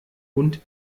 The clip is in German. und